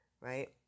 right